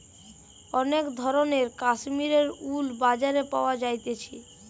অনেক ধরণের কাশ্মীরের উল বাজারে পাওয়া যাইতেছে